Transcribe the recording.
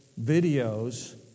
videos